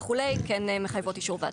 וכולי, כן מחייבות אישור ועדה.